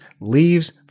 leaves